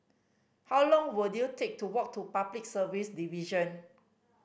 how long will you take to walk to Public Service Division